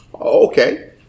Okay